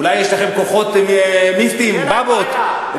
אולי יש לכם כוחות מיסטיים, באבות.